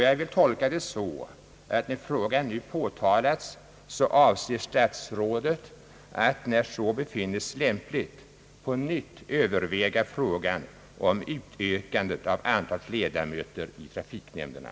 Jag tolkar det så, att när frågan nu påtalats avser statsrådet att när så befinnes lämpligt på nytt överväga frågan om utökandet av antalet ledamöter i trafiknämnderna.